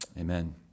amen